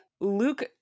Luke